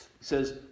says